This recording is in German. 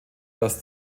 dass